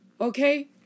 okay